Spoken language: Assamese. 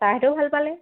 ছাৰহঁতেও ভাল পালে